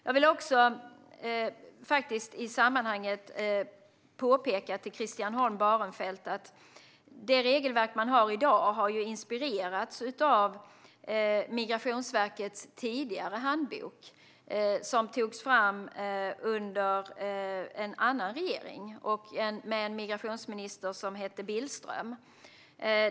Jag vill också i sammanhanget påpeka för Christian Holm Barenfeld att det regelverk man har i dag har inspirerats av Migrationsverkets tidigare handbok, som togs fram under en annan regering, med en migrationsminister som hette Billström.